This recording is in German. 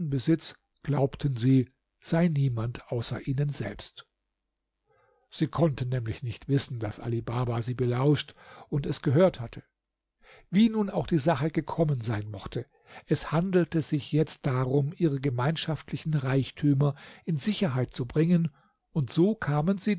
besitz glaubten sie sei niemand außer ihnen selbst sie konnten nämlich nicht wissen daß ali baba sie belauscht und es gehört hatte wie nun auch die sache gekommen sein mochte es handelte sich jetzt darum ihre gemeinschaftlichen reichtümer in sicherheit zu bringen und so kamen sie